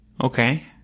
Okay